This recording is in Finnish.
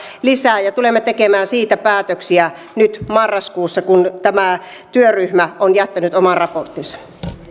lisää kaksituhattakahdeksantoista ja tulemme tekemään siitä päätöksiä nyt marraskuussa kun tämä työryhmä on jättänyt oman raporttinsa